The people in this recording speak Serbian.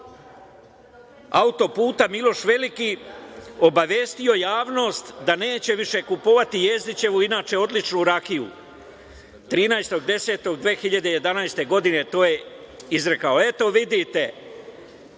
autoputa "Miloš Veliki" obavestio javnost da neće više kupovati Jezdićevu inače odličnu rakiju, 13.10.2011. godine to je izrekao. Eto, vidite